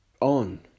on